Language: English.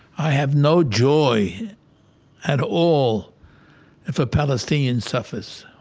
i have no joy at all if a palestinian suffers